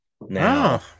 now